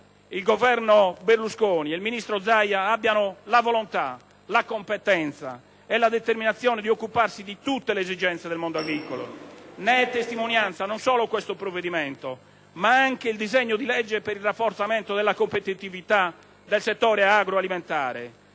il Governo Berlusconi e il ministro Zaia abbiano la volontà, la competenza e la determinazione per occuparsi di tutte le esigenze del mondo agricolo. Ne è testimonianza non solo questo provvedimento, ma anche il disegno di legge per il rafforzamento della competitività del settore agro-alimentare.